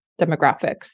demographics